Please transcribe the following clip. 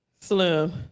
Slim